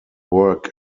work